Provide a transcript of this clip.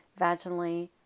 vaginally